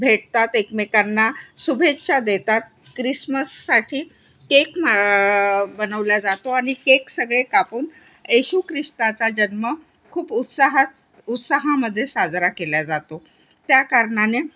भेटतात एकमेकांना शुभेच्छा देतात क्रिसमससाठी केक मा बनवल्या जातो आणि केक सगळे कापून एशुक्रिस्ताचा जन्म खूप उत्साहात उत्साहामध्ये साजरा केल्या जातो त्या कारणाने